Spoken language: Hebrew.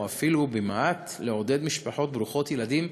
אפילו במעט לעודד משפחות ברוכות ילדים,